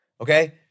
Okay